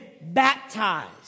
baptized